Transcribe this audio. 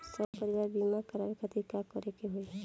सपरिवार बीमा करवावे खातिर का करे के होई?